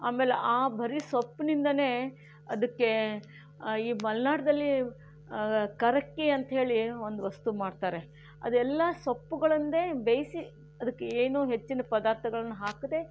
ಆಮೇಲೆ ಆ ಬರೀ ಸೊಪ್ಪಿನಿಂದಲೇ ಅದಕ್ಕೆ ಈ ಮಲೆನಾಡಲ್ಲಿ ಕರಕೆ ಅಂತ ಹೇಳಿ ಒಂದು ವಸ್ತು ಮಾಡ್ತಾರೆ ಅದೆಲ್ಲ ಸೊಪ್ಪುಗಳನ್ನೇ ಬೇಯಿಸಿ ಅದಕ್ಕೆ ಏನೂ ಹೆಚ್ಚಿನ ಪದಾರ್ಥಗಳನ್ನು ಹಾಕದೆ